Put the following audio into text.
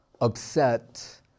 upset